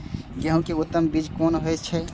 गेंहू के उत्तम बीज कोन होय छे?